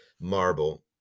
marble